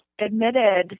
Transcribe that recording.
admitted